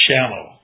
shallow